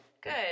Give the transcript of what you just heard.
good